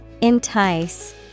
Entice